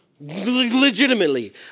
Legitimately